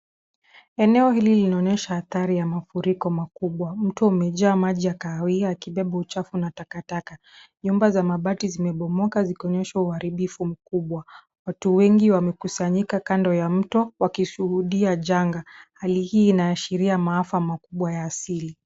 Eneo hili linaonyesha adhari ya mafuriko makubwa. Mto umejaa maji ya kahawia yakibeba uchafu na takataka . Nyumba za mabati zimebomoka zikionyesha uharibifu mkubwa. Watu wengi wamekusanyika kando ya mto wakishuhudia janga. Hali hii inaashiria maafa makubwa ya asili.